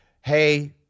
hey